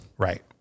Right